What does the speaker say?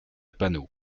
panneaux